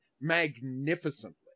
magnificently